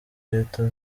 leta